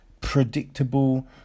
predictable